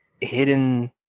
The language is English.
hidden